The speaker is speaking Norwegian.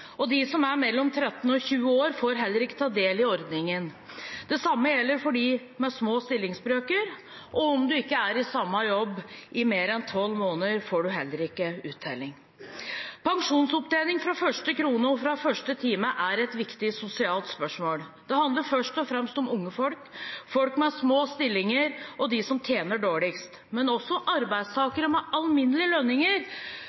De som er mellom 13 og 20 år, får heller ikke ta del i ordningen. Det samme gjelder for dem med små stillingsbrøker. Om en ikke er i samme jobb i mer enn tolv måneder, får en heller ikke uttelling. Pensjonsopptjening fra første krone og fra første time er et viktig sosialt spørsmål. Det handler først og fremst om unge folk, om folk i små stillinger og om dem som tjener dårligst. Men også